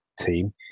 team